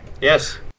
Yes